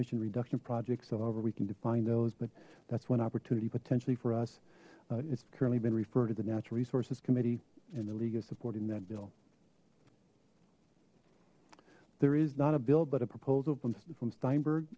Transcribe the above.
emission reduction projects however we can define those but that's one opportunity potentially for us it's currently been referred to the natural resources committee and the league is supporting that bill there is not a bill but a proposal from from steinberg